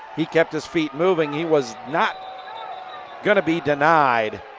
he kept his feet moving. he was not going to be denied.